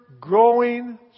growing